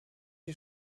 die